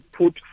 put